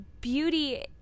beauty